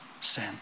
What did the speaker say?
sin